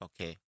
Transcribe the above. Okay